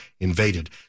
invaded